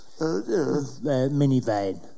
minivan